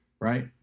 right